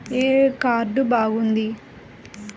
ఏ card బాగుంది?